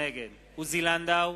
נגד עוזי לנדאו,